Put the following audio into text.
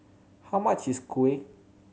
how much is kuih